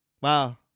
Wow